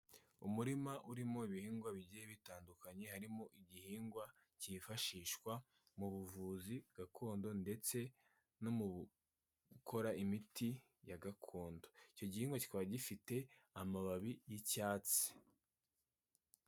Umurima urimo ibihingwa bigiye bitandukanye harimo igihingwa cyifashishwa mu buvuzi gakondo ndetse no mu gukora imiti ya gakondo, icyo gihingwa kikaba gifite amababi y'icyatsi.